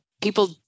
people